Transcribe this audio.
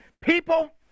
people